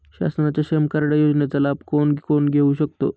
शासनाच्या श्रम कार्ड योजनेचा लाभ कोण कोण घेऊ शकतो?